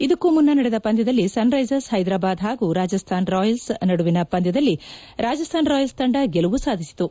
ಇದಕ್ಕೂ ಮುನ್ನ ನಡೆದ ಪಂದ್ಯದಲ್ಲಿ ಸನ್ ರೈಸರ್ಸ್ ಹೈದರಾಬಾದ್ ಹಾಗು ರಾಜಸ್ತಾನ್ ರಾಯಲ್ಪ್ ನಡುವಿನ ಪಂದ್ಯದಲ್ಲಿ ರಾಜಸ್ತಾನ್ ರಾಯಲ್ಸ್ ತಂಡ ಗೆಲುವು ಸಾಧಿಸಿತು